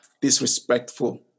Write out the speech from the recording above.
disrespectful